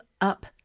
up